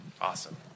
Awesome